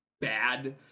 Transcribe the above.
bad